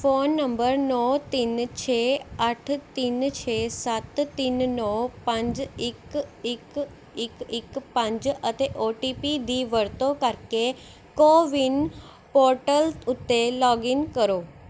phone number ਨੌ ਤਿੰਨ ਛੇ ਅੱਠ ਤਿੰਨ ਛੇ ਸੱਤ ਤਿੰਨ ਨੌ ਪੰਜ ਇੱਕ ਇੱਕ ਇੱਕ ਇੱਕ ਪੰਜ ਅਤੇ ਓ ਟੀ ਪੀ ਦੀ ਵਰਤੋਂ ਕਰਕੇ ਕੋਵਿਨ ਪੋਰਟਲ ਉੱਤੇ ਲੌਗਇਨ ਕਰੋ